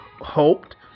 hoped